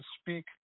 speak